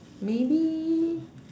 maybe